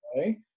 Okay